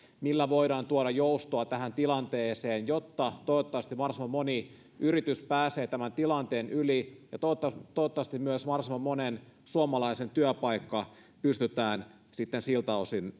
millä voidaan tuoda joustoa tähän tilanteeseen jotta toivottavasti mahdollisimman moni yritys pääsee tämän tilanteen yli ja toivottavasti myös mahdollisen monen suomalaisen työpaikka pystytään sitten siltä osin